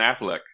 Affleck